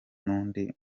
n’undi